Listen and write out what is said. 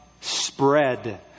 spread